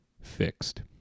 fixed